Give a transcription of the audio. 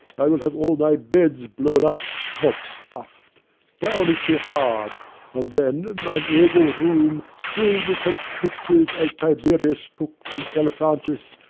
i will have all my beds blown up, not stuft down is too hard and then, mine oval room fill'd with such pictures as tiberius took from elephantis,